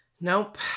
Nope